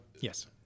Yes